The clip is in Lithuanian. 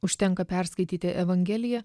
užtenka perskaityti evangeliją